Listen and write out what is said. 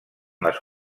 les